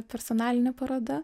personalinė paroda